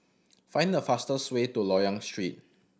find the fastest way to Loyang Street